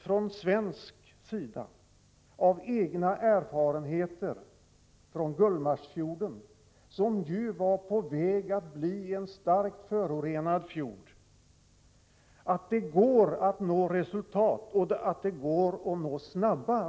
Från svensk sida vet vi — av egna erfarenheter från Gullmarsfjorden, som ju var på väg att bli en starkt förorenad fjord — att det går att nå resultat, och snara sådana.